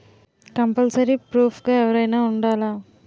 Compulsory proof గా ఎవరైనా ఉండాలా?